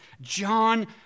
John